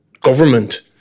government